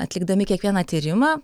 atlikdami kiekvieną tyrimą